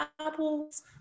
apples